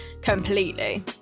completely